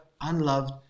unloved